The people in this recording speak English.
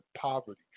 poverty